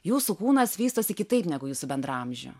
jūsų kūnas vystosi kitaip negu jūsų bendraamžių